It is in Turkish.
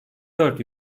dört